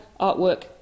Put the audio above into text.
artwork